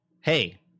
hey